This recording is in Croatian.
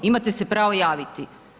Imate se pravo javiti.